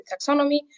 taxonomy